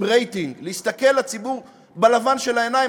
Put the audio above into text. רייטינג להסתכל לציבור בלבן של העיניים.